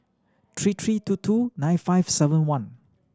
three three two two nine five seven one